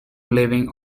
living